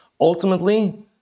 ultimately